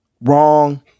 wrong